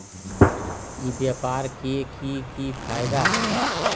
ई व्यापार के की की फायदा है?